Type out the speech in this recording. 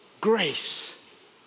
Grace